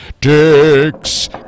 Dick's